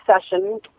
session